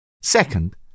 Second